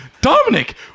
Dominic